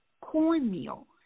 cornmeal